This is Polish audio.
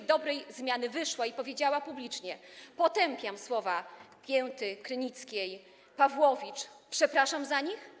i dobrej zmiany wyszła i powiedziała publicznie: potępiam słowa Pięty, Krynickiej, Pawłowicz, przepraszam za nich?